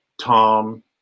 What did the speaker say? Tom